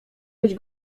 być